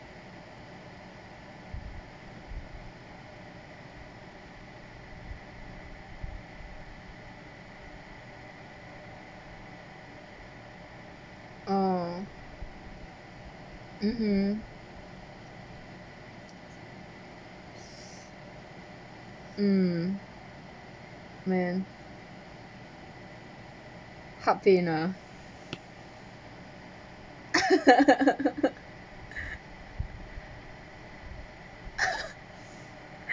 oh mmhmm mm man heart pain ah